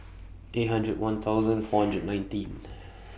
eight hundred one thousand four hundred nineteen